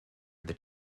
that